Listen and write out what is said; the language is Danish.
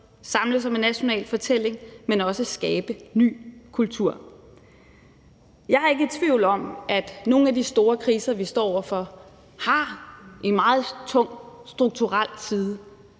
samles om en national fortælling, men også skabe ny kultur. Kl. 14:03 Jeg er ikke i tvivl om, at nogle af de store kriser, vi står over for, har en meget tung strukturel side.